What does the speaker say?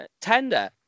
tender